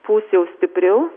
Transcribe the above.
pūs jau stipriau